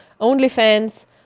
OnlyFans